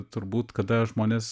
turbūt kada žmonės